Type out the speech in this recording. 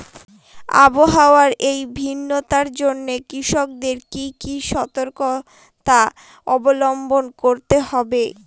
আবহাওয়ার এই ভিন্নতার জন্য কৃষকদের কি কি সর্তকতা অবলম্বন করতে হবে?